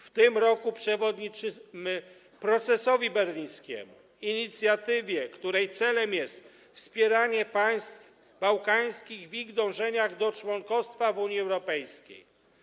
W tym roku przewodniczymy procesowi berlińskiemu, inicjatywie, której celem jest wspieranie państw bałkańskich w ich dążeniach do członkostwa w Unii Europejskiej.